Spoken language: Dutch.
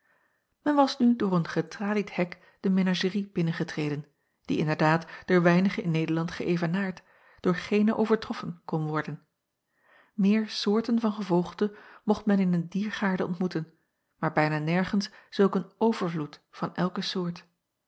en was nu door een getralied hek de menagerie binnengetreden die inderdaad door weinige in ederland geëvenaard door geene overtroffen kon worden eer soorten van gevogelte mocht men in een diergaarde ontmoeten maar bijna nergens zulk een overvloed van elke soort